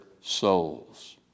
souls